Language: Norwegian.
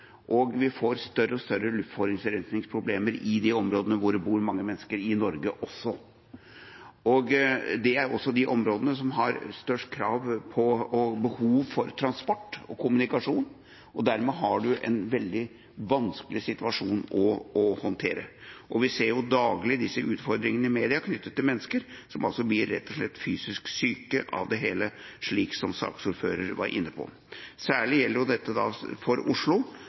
og vi får større og større luftforurensningsproblemer i de områdene hvor det bor mange mennesker i Norge også. Det er også de områdene som har størst krav på og behov for transport og kommunikasjon, og dermed har man en veldig vanskelig situasjon å håndtere. Vi ser daglig disse utfordringene i media knyttet til mennesker, som blir rett og slett fysisk syke av det hele, slik som saksordføreren var inne på. Særlig gjelder dette for Oslo,